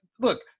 look